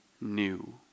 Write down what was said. new